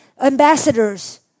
ambassadors